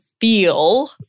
feel